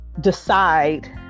decide